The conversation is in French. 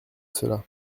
cela